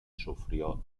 sufrió